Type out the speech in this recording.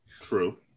True